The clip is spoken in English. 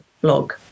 blog